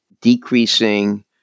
decreasing